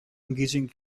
engaging